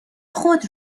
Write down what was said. خود